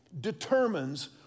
determines